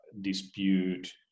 dispute